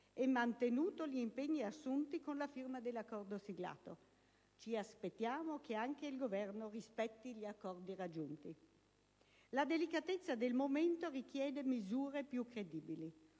e mantenuto gli impegni assunti con la firma dell'accordo siglato. Ci aspettiamo che anche il Governo rispetti gli accordi raggiunti. La delicatezza del momento richiede misure più credibili